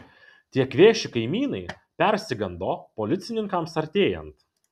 tie kvėši kaimynai persigando policininkams artėjant